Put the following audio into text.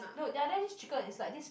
no the other there this chicken is like this